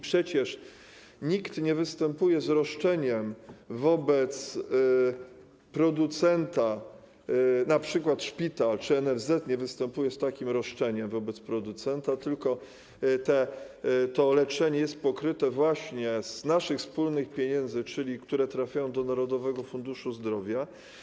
Przecież nikt nie występuje z roszczeniem wobec producenta, np. szpital czy NFZ nie występuje z takim roszczeniem wobec producenta, tylko koszty tego leczenia są pokryte z naszych wspólnych pieniędzy, które trafiają do Narodowego Funduszu Zdrowia.